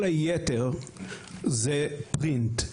כל היתר זה פרינט.